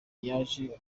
yaje